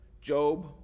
Job